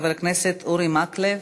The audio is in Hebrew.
חבר הכנסת אורי מקלב,